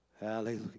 Hallelujah